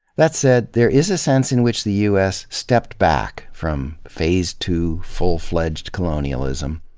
that said, there is a sense in which the u s. stepped back from phase two, full-fledged colonialism,